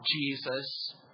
Jesus